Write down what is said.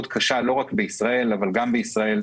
לא רק בישראל אבל גם בישראל,